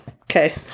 Okay